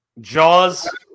Jaws